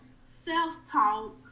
self-talk